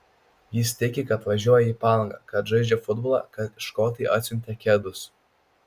jis tiki kad važiuoja į palangą kad žaidžia futbolą kad škotai atsiuntė kedus